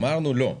אמרנו לא.